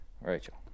Rachel